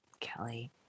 Kelly